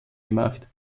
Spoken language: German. gemacht